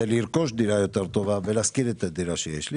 לרכוש דירה יותר טובה ולהשכיר את הדירה שיש לי